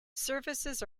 services